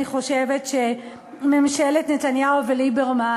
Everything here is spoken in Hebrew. אני חושבת שממשלת נתניהו וליברמן,